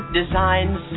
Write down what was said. designs